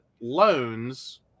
loans